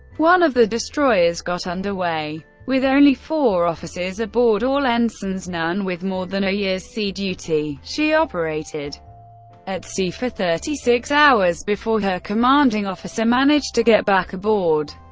one of the destroyers, got underway with only four officers aboard, all ensigns, none with more than a year's sea duty she operated at sea for thirty six hours before her commanding officer managed to get back aboard.